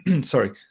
Sorry